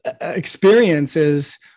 experiences